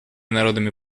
народами